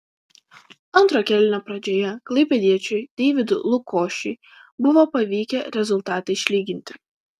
antro kėlinio pradžioje klaipėdiečiui deividui lukošiui buvo pavykę rezultatą išlyginti